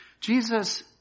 Jesus